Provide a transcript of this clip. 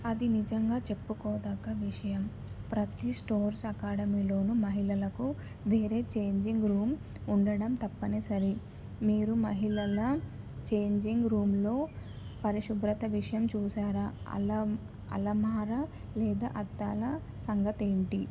అది నిజంగా చెప్పుకోతగ్గ విషయం ప్రతీ స్టోర్స్ అకాడమీలోను మహిళలకు వేరే ఛేంజింగ్ రూమ్ ఉండడం తప్పనిసరి మీరు మహిళల ఛేంజింగ్ రూమ్లో పరిశుభ్రత విషయం చూశారా అల అలమార లేదా అద్దాల సంగతేంటి